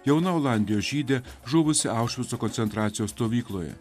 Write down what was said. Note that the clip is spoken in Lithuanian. jauna olandijos žydė žuvusi aušvico koncentracijos stovykloje